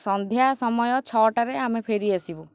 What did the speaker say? ସନ୍ଧ୍ୟା ସମୟ ଛଅଟାରେ ଆମେ ଫେରି ଆସିବୁ